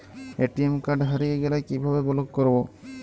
ATM card হারিয়ে গেলে কিভাবে ব্লক করবো?